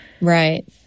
Right